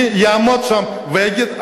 אני אעמוד שם ואגיד.